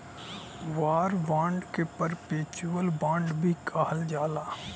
war bond के perpetual bond भी कहल जाला